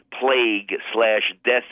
plague-slash-death